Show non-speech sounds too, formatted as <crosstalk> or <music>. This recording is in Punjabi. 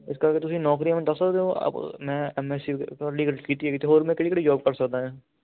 ਇਸ ਕਰਕੇ ਤੁਸੀਂ ਨੌਕਰੀਆਂ ਮੈਨੂੰ ਦੱਸ ਸਕਦੇ ਹੋ <unintelligible> ਮੈਂ ਐਮਐਸਈ ਕੀਤੀ ਹੈਗੀ <unintelligible> ਅਤੇ ਹੋਰ ਮੈਂ ਕਿਹੜੀ ਕਿਹੜੀ ਜੋਬ ਕਰ ਸਕਦਾ ਹਾਂ